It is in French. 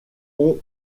ont